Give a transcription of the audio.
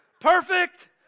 perfect